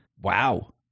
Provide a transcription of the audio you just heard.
wow